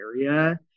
area